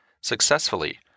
successfully